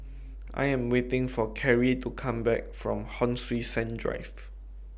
I Am waiting For Kerry to Come Back from Hon Sui Sen Drive